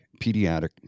pediatric